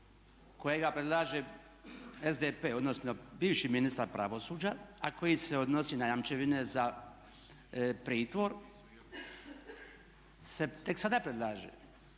kojega predlaže SDP odnosno bivši ministar pravosuđa a koji se odnosi na jamčevine za pritvor se tek sada predlaže.